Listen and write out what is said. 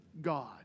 God